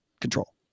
control